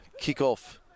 kickoff